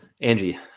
Angie